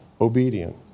obedient